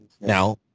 Now